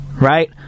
right